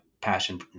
passion